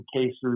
cases